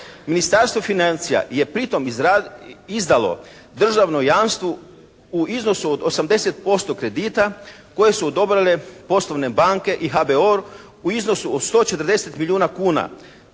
Ministarstvo financija je pritom izdalo državno jamstvo u iznosu od 80% kredita koje su odobrile poslovne banke i HBOR u iznosu od 140 milijuna kuna,